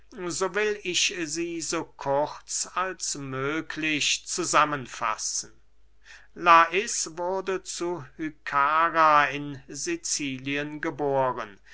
so will ich sie so kurz als möglich zusammen fassen lais wurde zu hykkara in sicilien geboren